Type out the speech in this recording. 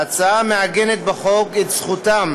ההצעה מעגנת בחוק את זכותם